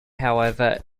however